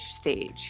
stage